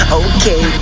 okay